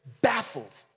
baffled